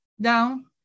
down